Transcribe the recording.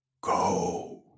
Go